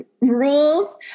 rules